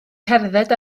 cerdded